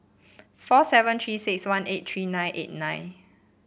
four seven Three six one eight three nine eight nine